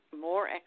more